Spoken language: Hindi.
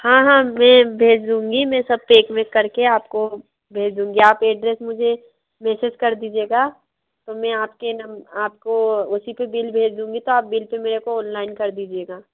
हाँ हाँ मैं भेज दूँगी में सब पेक वेक कर के आपको भेज दूँगी आप एड्रेस मुझे मेसेज कर दीजिएगा तो मैं आपके नम् आपको उसी पर बिल भेज दूँगी तो आप बिल पे मेरे को ओनलाइन कर दीजिएगा